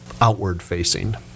outward-facing